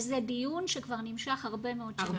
זה דיון שנמשך כבר הרבה מאוד שנים.